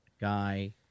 guy